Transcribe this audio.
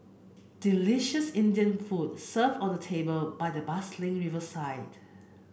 delicious Indian food served on a table by the bustling riverside